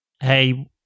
hey